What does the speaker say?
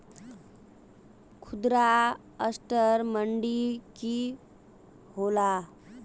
खुदरा असटर मंडी की होला?